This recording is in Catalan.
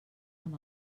amb